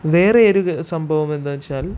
വേറെ ഒരു ഇത് സംഭവം എന്താണെന്നു വച്ചാൽ